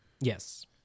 Yes